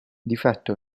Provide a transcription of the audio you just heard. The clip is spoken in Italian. difetto